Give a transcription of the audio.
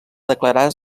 declarà